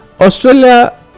Australia